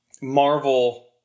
Marvel